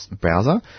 browser